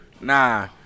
Nah